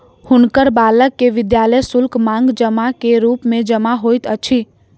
हुनकर बालक के विद्यालय शुल्क, मांग जमा के रूप मे जमा होइत अछि